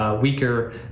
weaker